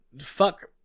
fuck